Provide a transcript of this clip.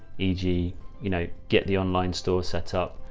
eg, you know, get the online store, set up,